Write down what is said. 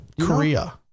Korea